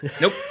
Nope